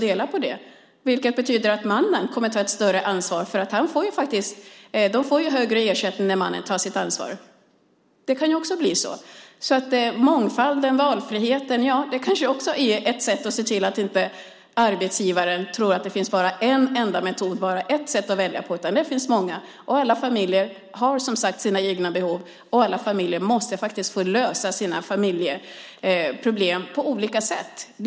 Det betyder att mannen kommer att ta ett större ansvar. De får en högre ersättning när mannen tar sitt ansvar. Det kan också bli så. Mångfald och valfrihet är kanske ett sätt att se till att arbetsgivaren inte tror att det finns bara en enda metod, bara ett sätt att välja på. Det finns många. Alla familjer har sina egna behov, och alla familjer måste få lösa sina familjeproblem på olika sätt.